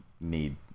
need